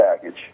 Package